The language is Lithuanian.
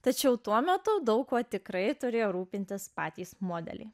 tačiau tuo metu daug kuo tikrai turėjo rūpintis patys modeliai